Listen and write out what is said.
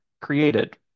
created